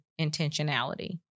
intentionality